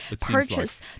purchase